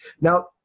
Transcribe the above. Now